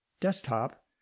desktop